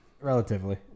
Relatively